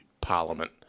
parliament